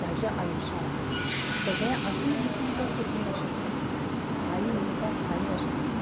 ताज्या आयुश्यांत सगळें आसून बासून तो सुखी नाशिल्लो आई म्हणपाक आई आशिल्ली